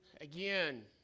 again